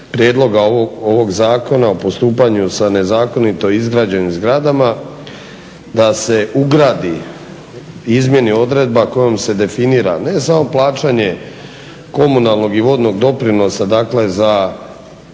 prijedloga ovog Zakona o postupanju sa nezakonito izgrađenim zgradama da se ugradi i izmijeni odredba kojom se definira ne samo plaćanje komunalnog i vodnog doprinosa dakle za